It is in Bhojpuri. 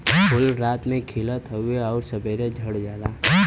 फूल रात में खिलत हउवे आउर सबेरे झड़ जाला